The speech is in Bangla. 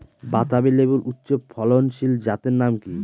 বাতাবি লেবুর উচ্চ ফলনশীল জাতের নাম কি?